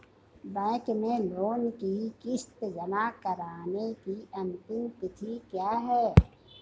Bank में loan की किश्त जमा कराने की अंतिम तिथि क्या है?